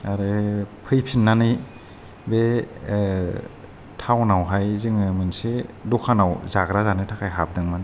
आरो फैफिननानै बे टाउनावहाय जोङो मोनसे दखानाव जाग्रा जानो थाखाय हाबदोंमोन